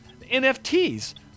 NFTs